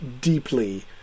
deeply